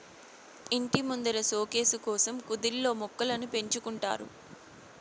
ఇంటి ముందర సోకేసు కోసం కుదిల్లో మొక్కలను పెంచుకుంటారు